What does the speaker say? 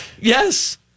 Yes